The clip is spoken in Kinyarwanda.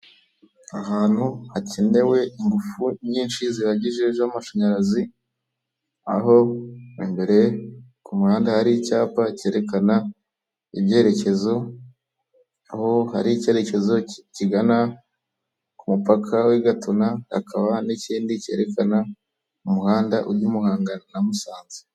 Ahantu hakenewe ingufu nyinshi zihagije z'amashanyarazi, aho imbere ku muhanda hari icyapa kerekana ibyerekezo, aho hari ikerekezo kigana ku mupaka w'i Gatuna, hakaba n'ikindi kerekana umuhanda ujya muhanga na musanze.